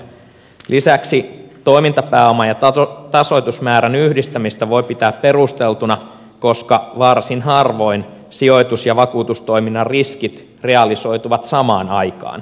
lisäksi toimintapääoman ja tasoitusmäärän yhdistämistä voi pitää perusteltuna koska varsin harvoin sijoitus ja vakuutustoiminnan riskit realisoituvat samaan aikaan